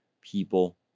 People